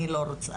אני לא רוצה'.